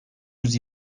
yüz